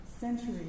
centuries